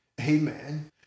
amen